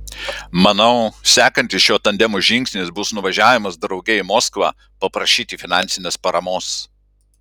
manau sekantis šio tandemo žingsnis bus nuvažiavimas drauge į moskvą paprašyti finansinės paramos